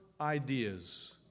ideas